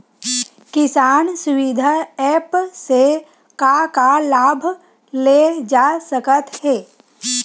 किसान सुविधा एप्प से का का लाभ ले जा सकत हे?